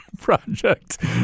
project